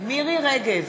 מירי רגב,